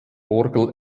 orgel